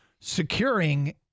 securing